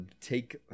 take